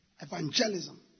Evangelism